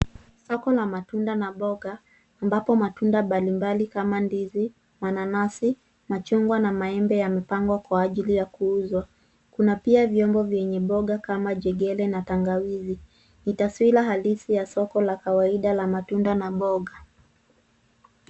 Soko la matunda na mboga ambapo matunda mbalimbali kama ndizi, mananasi, machungwa na maembe yamepangwa kwa ajili ya kuuzwa. Kuna pia vyombo vyenye mboga kama njegere na tangawizi. Ni taswira halisi ya soko la kawaida ya matunda na mboga.